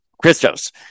Christos